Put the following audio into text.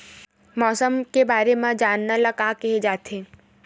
मौसम के बारे म जानना ल का कहे जाथे?